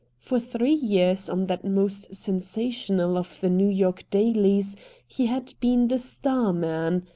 for three years on that most sensational of the new york dailies he had been the star man,